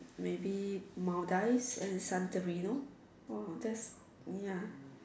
maybe Maldives and Santarino oh that's ya